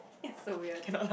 that's so weird